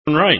Right